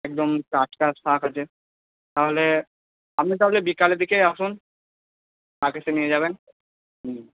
একদম টাটকা শাক আছে তাহলে আপনি তাহলে বিকালের দিকেই আসুন শাক এসে নিয়ে যাবেন হুম